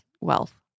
wealth